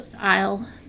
aisle